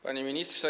Panie Ministrze!